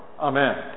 Amen